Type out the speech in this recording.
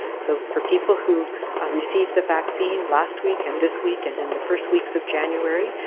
so for people who receive the vaccine last week and this week and in the first weeks of january,